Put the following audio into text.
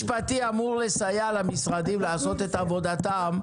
אם הייעוץ המשפטי אמור לסייע למשרדים לעשות את עבודתם,